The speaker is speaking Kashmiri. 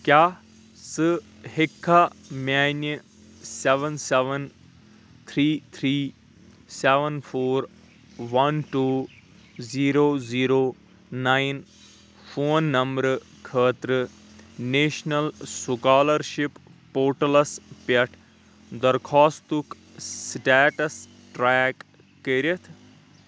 کیٛاہ ژٕ ہیٚککھا میانہِ seven seven three three seven four one two zero zero nine phone نمبرٕ خٲطرٕ نیشنل سُکالرشِپ پورٹلس پٮ۪ٹھ درخواستُک سٹیٹس ٹریک کٔ رِتھ؟